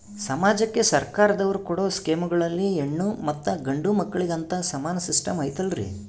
ಸಮಾಜಕ್ಕೆ ಸರ್ಕಾರದವರು ಕೊಡೊ ಸ್ಕೇಮುಗಳಲ್ಲಿ ಹೆಣ್ಣು ಮತ್ತಾ ಗಂಡು ಮಕ್ಕಳಿಗೆ ಅಂತಾ ಸಮಾನ ಸಿಸ್ಟಮ್ ಐತಲ್ರಿ?